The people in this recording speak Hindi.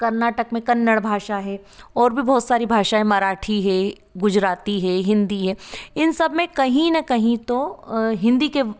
कर्नाटक में कन्नड़ भाषा है और भी बहुत सारी भाषाएं मराठी है गुजराती है हिन्दी है इन सब में कहीं ना कहीं तो हिन्दी के